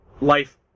life